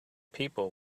people